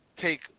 take